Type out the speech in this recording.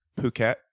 Phuket